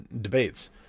debates